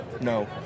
No